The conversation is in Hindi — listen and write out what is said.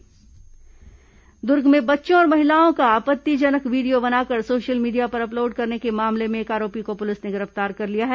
दुष्कर्म मामला आरोपी गिरफ्तार दुर्ग में बच्चों और महिलाओं का आपत्तिजनक वीडियो बनाकर सोशल मीडिया पर अपलोड करने के मामले में एक आरोपी को पुलिस ने गिरफ्तार कर लिया है